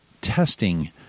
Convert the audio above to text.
testing